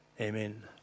amen